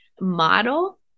model